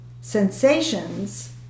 sensations